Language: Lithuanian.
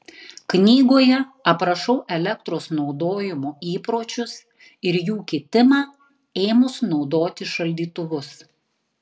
knygoje aprašau elektros naudojimo įpročius ir jų kitimą ėmus naudoti šaldytuvus